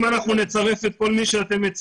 אם אנחנו נצרף את כל מי אנחנו מציעים,